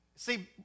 See